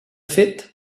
fet